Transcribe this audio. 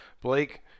Blake